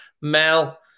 Mel